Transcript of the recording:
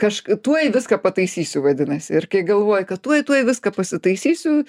kaž tuoj viską pataisysiu vadinasi ir kai galvoji kad tuoj tuoj viską pasitaisysiu